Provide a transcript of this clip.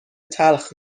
تلخ